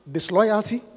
Disloyalty